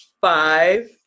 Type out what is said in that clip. five